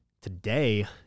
today